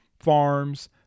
farms